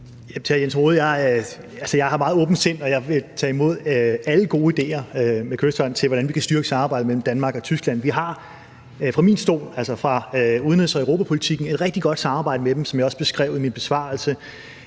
jeg har et meget åbent sind, og jeg vil med kyshånd tage imod alle gode idéer til, hvordan vi kan styrke samarbejdet mellem Danmark og Tyskland. Vi har fra min stol, altså fra udenrigs- og europapolitikken, et rigtig godt samarbejde med dem, som jeg også beskrev det i min besvarelse